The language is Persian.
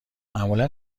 معمولا